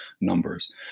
numbers